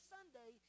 Sunday